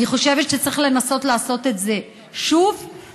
אני חושבת שצריך לנסות לעשות את זה שוב, תודה.